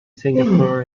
singapore